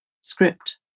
script